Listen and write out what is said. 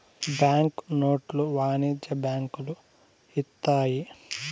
bank నోట్లు వాణిజ్య బ్యాంకులు ఇత్తాయి